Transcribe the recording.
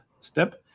step